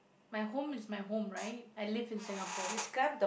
my home is my home right I live in Singapore